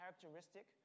characteristic